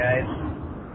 guys